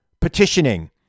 petitioning